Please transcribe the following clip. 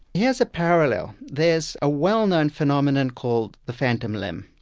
here's a parallel. there's a well-known phenomenon called the phantom limb,